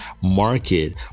market